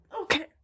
Okay